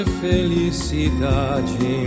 felicidade